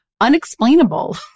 unexplainable